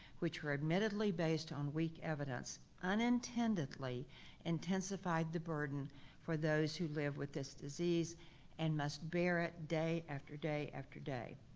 which were admittedly based on weak evidence, unintendedly intensified the burden for those who live with this disease and must bear it day after day after day.